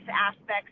aspects